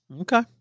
Okay